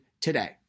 today